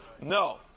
no